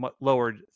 lowered